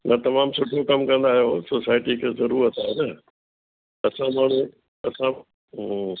न तमामु सुठो कमु कंदा आहियो सोसाएटी खे ज़रूरत आहे न असां माण्हू असां